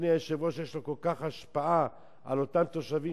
לאדוני היושב-ראש יש כל כך הרבה השפעה על אותם תושבים,